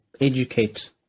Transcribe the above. educate